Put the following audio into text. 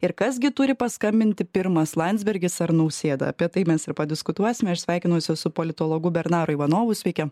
ir kas gi turi paskambinti pirmas landsbergis ar nausėda apie tai mes padiskutuosime aš sveikinuosi su politologu bernaru ivanovu sveiki